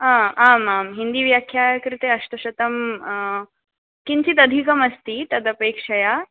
आम् आं हिन्दीव्याख्यायाः कृते अष्टशतं किञ्चिदधिकमस्ति तदपेक्षया